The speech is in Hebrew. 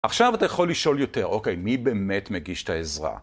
עכשיו אתה יכול לשאול יותר, אוקיי, מי באמת מגיש את העזרה?